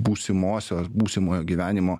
būsimosios būsimojo gyvenimo